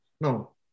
No